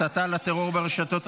הסתה לטרור ברשתות,